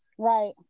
Right